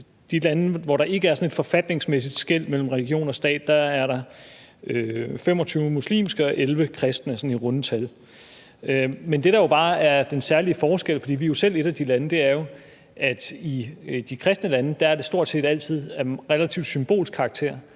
de lande, hvor der ikke er sådan et forfatningsmæssigt skel mellem religion og stat, er der 25 muslimske og 11 kristne sådan i runde tal. Men det, der bare er den særlige forskel – for vi er jo selv et af de lande – er, at det i de kristne lande stort set altid er af relativt symbolsk karakter,